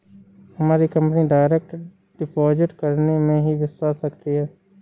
हमारी company direct deposit करने में ही विश्वास रखती है